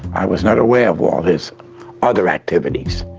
i was not aware of all his other activities.